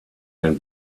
can